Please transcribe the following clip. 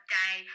day